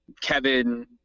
Kevin